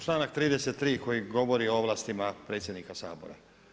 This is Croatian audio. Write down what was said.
Članak 33. koji govori o ovlastima predsjednika Sabora.